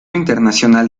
internacional